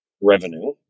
revenue